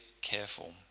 careful